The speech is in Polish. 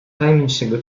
tajemniczego